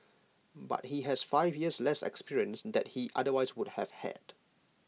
but he has five years less experience that he otherwise would have had